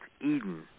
Eden